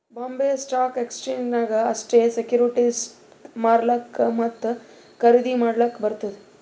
Bombay stock exchange ನಾಗ್ ಅಷ್ಟೇ ಸೆಕ್ಯೂರಿಟಿಸ್ಗ್ ಮಾರ್ಲಾಕ್ ಮತ್ತ ಖರ್ದಿ ಮಾಡ್ಲಕ್ ಬರ್ತುದ್